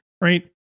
right